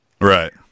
Right